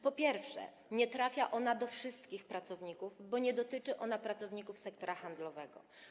Po pierwsze, nie trafia ona do wszystkich pracowników, bo nie dotyczy pracowników sektora handlowego.